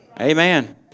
Amen